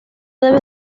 debe